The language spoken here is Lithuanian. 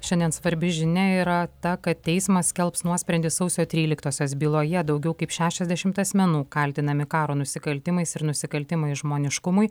šiandien svarbi žinia yra ta kad teismas skelbs nuosprendį sausio tryliktosios byloje daugiau kaip šešiasdešimt asmenų kaltinami karo nusikaltimais ir nusikaltimais žmoniškumui